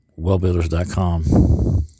wellbuilders.com